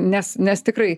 nes nes tikrai